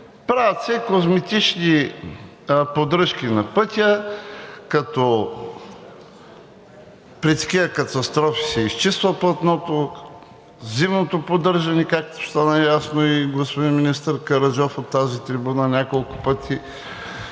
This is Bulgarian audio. Правят се козметични поддръжки на пътя, като при такива катастрофи се изчиства платното, зимното поддържане, както стана ясно, и господин министър Караджов от тази трибуна няколко пъти